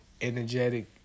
Energetic